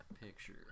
picture